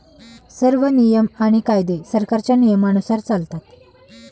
सर्व नियम आणि कायदे सरकारच्या नियमानुसार चालतात